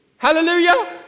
Hallelujah